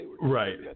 Right